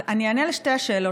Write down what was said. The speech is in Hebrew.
אני אענה על שתי השאלות.